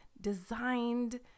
designed